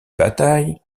bataille